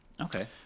Okay